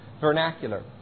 vernacular